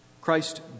Christ